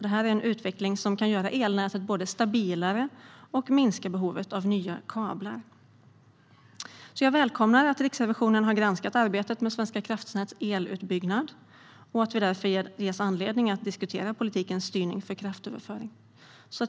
Detta är en utveckling som både kan göra elnätet stabilare och kan minska behovet av nya kablar. Jag välkomnar att Riksrevisionen har granskat arbetet med Svenska kraftnäts elutbyggnad och att vi därför ges anledning att diskutera politikens styrning för kraftöverföring.